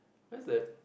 where's that